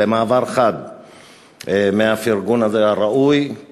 במעבר חד מהפרגון הראוי הזה